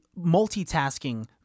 multitasking